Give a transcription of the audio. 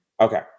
Okay